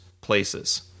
places